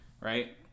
right